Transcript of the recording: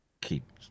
keep